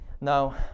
Now